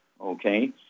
okay